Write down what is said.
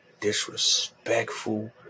disrespectful